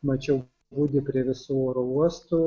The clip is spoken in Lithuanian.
mačiau budi prie visų oro uostų